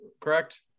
correct